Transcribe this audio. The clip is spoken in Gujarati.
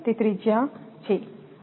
તે ત્રિજ્યા છે ખરું